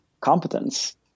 competence